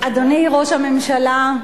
אדוני ראש הממשלה,